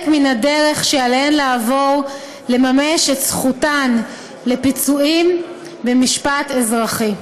מן הדרך שעליהן לעבור כדי לממש את זכותן לפיצויים במשפט אזרחי.